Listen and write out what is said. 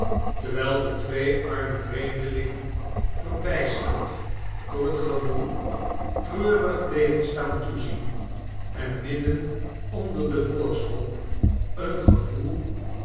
terwijl de twee arme vreemdelingen verbijsterd door het gewoel treurig bleven staan toezien en midden onder den volkshoop een gevoel